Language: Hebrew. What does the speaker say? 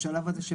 בשלב הזה.